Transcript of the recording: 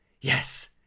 Yes